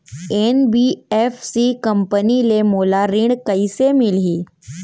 NBFC company ले मोला ऋण कइसे मिलही?